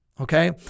Okay